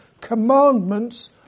commandments